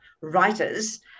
writers